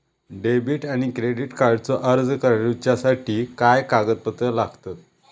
Debit आणि credit कार्डचो अर्ज करुच्यासाठी काय कागदपत्र लागतत?